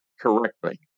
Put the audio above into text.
correctly